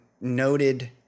noted